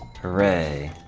hooray